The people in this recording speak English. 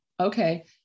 okay